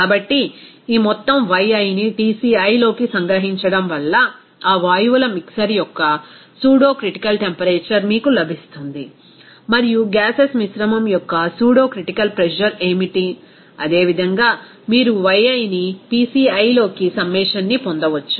కాబట్టి ఈ మొత్తం Yiని Tciలోకి సంగ్రహించడం వల్ల ఆ వాయువుల మిక్సర్ యొక్క సూడో క్రిటికల్ టెంపరేచర్ మీకు లభిస్తుంది మరియు గ్యాసెస్ మిశ్రమం యొక్క సూడో క్రిటికల్ ప్రెజర్ ఏమిటి అదే విధంగా మీరు Yiని Pciలోకి సమ్మషన్ని పొందవచ్చు